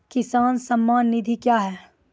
किसान सम्मान निधि क्या हैं?